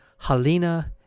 Halina